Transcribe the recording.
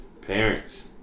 Parents